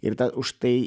ir tą už tai